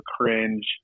cringe